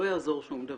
לא יעזור שום דבר,